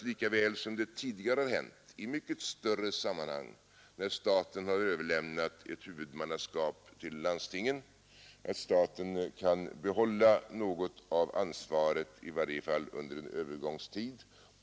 Lika väl som det tidigare hänt, i större sammanhang än detta, när staten överlämnat ett huvudmannaskap till landstingen bör också i detta fall staten kunna behålla något av ansvaret, i varje fall under en övergångstid.